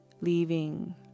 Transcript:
Leaving